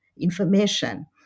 information